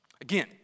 Again